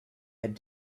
had